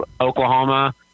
Oklahoma